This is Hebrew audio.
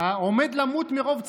עומד למות מרוב צער,